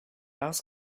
else